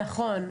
נכון.